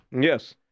Yes